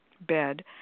bed